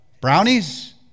Brownies